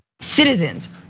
citizens